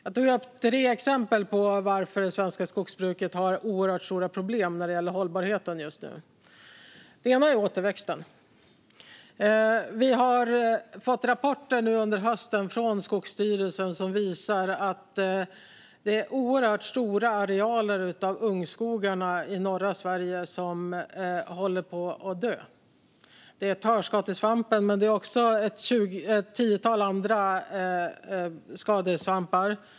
Jag tog upp tre exempel på varför det svenska skogsbruket just nu har oerhört stora problem när det gäller hållbarheten. Det ena är återväxten. Vi har fått rapporter under hösten från Skogsstyrelsen som visar att det är oerhört stora arealer av ungskogarna i norra Sverige som håller på att dö. Det handlar om törskatesvampen men också om ett tiotal andra skadesvampar.